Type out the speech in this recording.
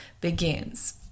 begins